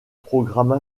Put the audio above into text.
programmes